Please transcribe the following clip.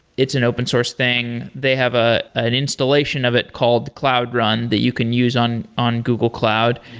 it's an open source thing. they have ah an installation of it called cloud run that you can use on on google cloud.